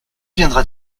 viendra